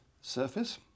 surface